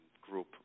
group